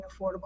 affordable